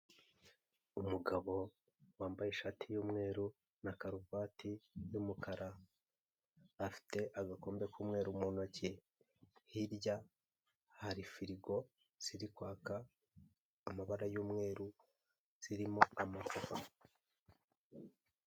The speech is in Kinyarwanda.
Umugabo wambaye ishati y'umweru na karuvati y'umukara, afite agakombe k'umweru mu ntoki, hirya hari firigo ziri kwaka amabara y'umweru, zirimo amacupa.